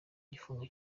igifungo